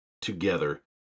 together